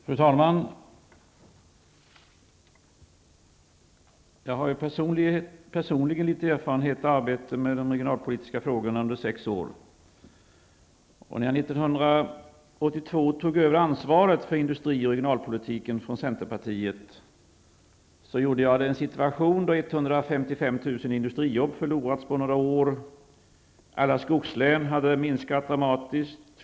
Fru talman! Jag har ju personligen litet erfarenhet av arbetet med de regionalpolitiska frågorna, eftersom jag har arbetat med dem i sex år. När jag 1982 tog över ansvaret för industri och regionalpolitiken från centern gjorde jag det i en situation då 155 000 industriarbeten förlorats på några år. Befolkningen i alla skogslän hade minskat dramatiskt.